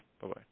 Bye-bye